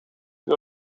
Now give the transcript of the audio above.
peu